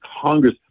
Congress